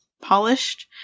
polished